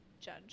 judge